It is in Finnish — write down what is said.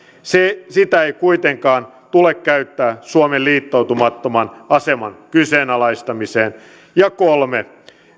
sitä ei kuitenkaan tule käyttää suomen liittoutumattoman aseman kyseenalaistamiseen kolme